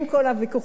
עם כל הוויכוחים,